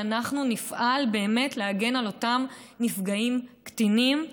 ואנחנו נפעל באמת להגן על אותם נפגעים קטינים.